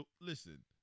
listen